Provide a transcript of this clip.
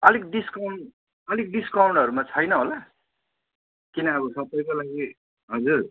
अलिक डिस्काउन्ट अलिक डिस्काउन्टहरूमा छैन होला किन अब सबैको लागि हजुर